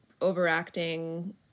overacting